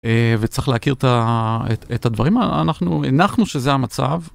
וצריך להכיר את הדברים, אנחנו הנחנו שזה המצב.